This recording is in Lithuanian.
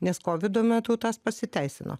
nes kovido metu tas pasiteisino